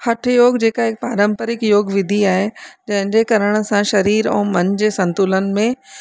हठयोग जेका हिकु पारंपरिक योग विधि आहे जंहिंजे करण सां सरीर ऐं मन जे संतुलन में